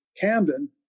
Camden